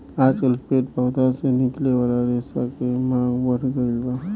आजकल पेड़ पौधा से निकले वाला रेशा के मांग बढ़ गईल बा